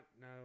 no